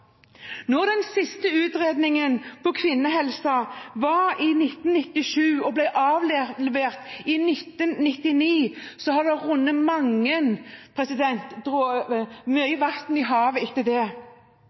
Når den siste utredningen om kvinnehelse var i 1997 og ble avlevert i 1999, har det rent mye vann i havet etter det.